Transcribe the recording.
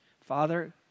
Father